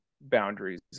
boundaries